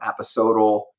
episodal